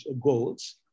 goals